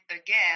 again